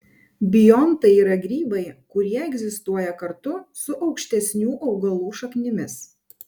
biontai yra grybai kurie egzistuoja kartu su aukštesnių augalų šaknimis